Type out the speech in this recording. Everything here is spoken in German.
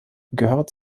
gehört